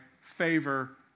favor